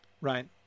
right